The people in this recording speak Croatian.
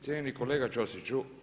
Cijenjeni kolega Ćosiću.